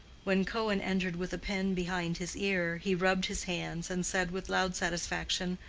when cohen entered with a pen behind his ear, he rubbed his hands and said with loud satisfaction,